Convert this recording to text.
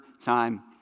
time